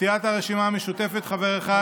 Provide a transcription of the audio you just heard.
סיעת הרשימה המשותפת, חבר אחד,